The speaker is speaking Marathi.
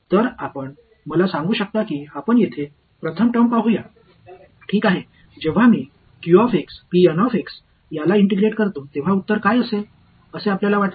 तर आपण मला सांगू शकता की आपण येथे प्रथम टर्म पाहूया ठीक आहे जेव्हा मी याला इंटिग्रेट करतो तेव्हा उत्तर काय असेल असे आपल्याला वाटते